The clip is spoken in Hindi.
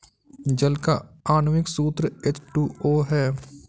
जल का आण्विक सूत्र एच टू ओ है